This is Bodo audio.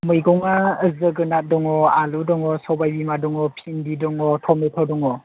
मैगङा जोगोनार दङ आलु दङ साबायबिमा दङ भिन्दि दङ टमेट' दङ